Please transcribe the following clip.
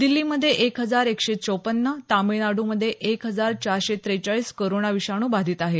दिल्लीमध्ये एक हजार एकशे चोपन्न तामिळनाडूमधे एक हजार चारशे त्रेचाळीस कोरोना विषाणू बाधीत आहेत